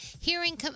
hearing